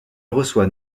reçoit